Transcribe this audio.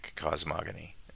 cosmogony